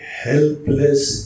helpless